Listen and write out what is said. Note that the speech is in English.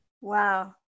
Wow